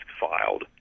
filed